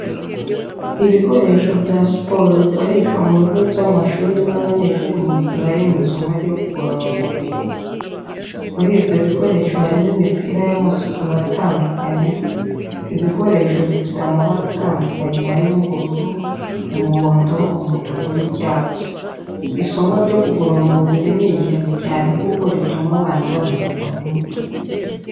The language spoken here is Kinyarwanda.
Ibikoresho bya siporo bikoreswa mu bigo by'amashuri n'abanyeshuri mu gihe bari mu isomo ryo kugorora umubiri. Muri ibyo bikoresho harimo imipira y'amasiporo atandukanye, ibikoresho bifite amabara atandukanye harimo ubururu, umuhondo, umutuku n'icyatsi. Isomo ryo kugorora umubiri ni ingenzi cyane kuko rituma abana baruhuka mu mutwe.